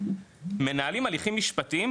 מנהלים הליכים משפטיים,